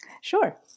Sure